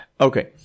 Okay